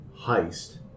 heist